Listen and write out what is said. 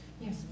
Yes